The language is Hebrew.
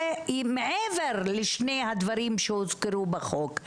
זה מעבר לשני הדברים שהוזכרו בחוק.